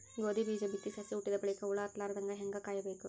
ಗೋಧಿ ಬೀಜ ಬಿತ್ತಿ ಸಸಿ ಹುಟ್ಟಿದ ಬಲಿಕ ಹುಳ ಹತ್ತಲಾರದಂಗ ಹೇಂಗ ಕಾಯಬೇಕು?